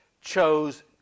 chose